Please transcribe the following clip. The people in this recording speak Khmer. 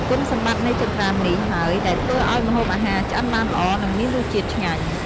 គុណសម្បត្តិនៃចង្ក្រាននេះហើយដែលធ្វើឱ្យម្ហូបអាហារឆ្អិនបានល្អ និងមានរសជាតិឆ្ងាញ់។